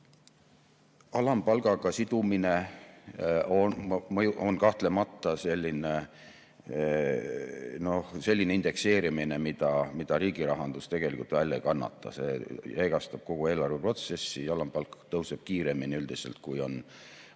Alampalgaga sidumine on kahtlemata selline indekseerimine, mida riigi rahandus tegelikult välja ei kannata, see jäigastab kogu eelarveprotsessi. Alampalk tõuseb üldiselt